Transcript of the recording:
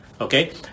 okay